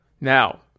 Now